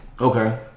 Okay